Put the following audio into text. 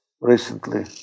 recently